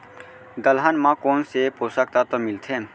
दलहन म कोन से पोसक तत्व मिलथे?